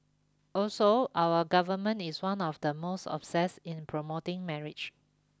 also our Government is one of the most obsessed in promoting marriage